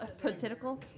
political